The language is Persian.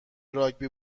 راگبی